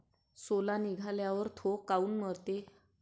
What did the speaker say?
सोला निघाल्यावर थो काऊन मरते?